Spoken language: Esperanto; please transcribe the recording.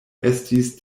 estis